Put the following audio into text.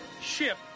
ship